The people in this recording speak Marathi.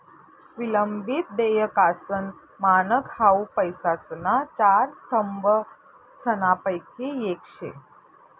विलंबित देयकासनं मानक हाउ पैसासना चार स्तंभसनापैकी येक शे